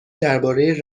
درباره